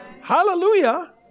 Hallelujah